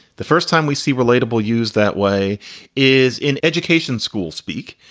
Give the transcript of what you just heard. the first time we see relatable use that way is in education school speak,